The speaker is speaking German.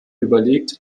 überlegt